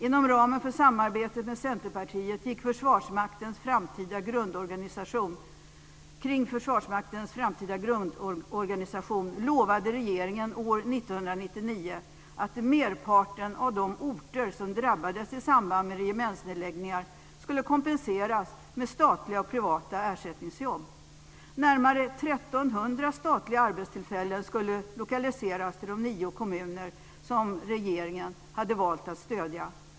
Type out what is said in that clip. Inom ramen för samarbetet med Centerpartiet kring Försvarsmaktens framtida grundorganisation lovade regeringen år 1999 att merparten av de orter som drabbades i samband med regementsnedläggningar skulle kompenseras med statliga och privata ersättningsjobb. Närmare 1 300 statliga arbetstillfällen skulle lokaliseras till de nio kommuner som regeringen hade valt att stödja.